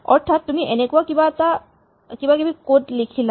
ধৰাহ'ল তুমি এনেকুৱা কিবা কিবি কড লিখিলা